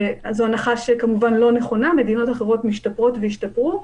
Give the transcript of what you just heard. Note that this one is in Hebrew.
וזו הנחה שהיא כמובן לא נכון; מדינות אחרות משתפרות וישתפרו.